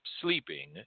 sleeping